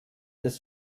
des